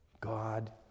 God